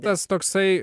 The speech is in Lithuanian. tas toksai